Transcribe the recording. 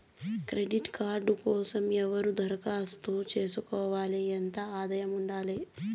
Credit card కోసం ఎవరు దరఖాస్తు చేసుకోవచ్చు? ఎంత ఆదాయం ఉండాలి?